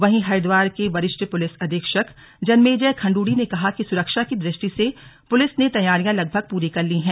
वहीं हरिद्वार के वरिष्ठ पुलिस अधीक्षक जन्मेजय खंडूड़ी ने कहा कि सुरक्षा की दृष्टि से पुलिस ने तैयारियां लगभग पूरी कर ली हैं